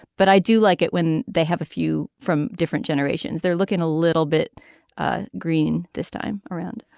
but i do like it when they have a few from different generations they're looking a little bit ah green this time around